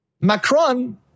Macron